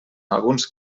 alguns